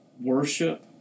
worship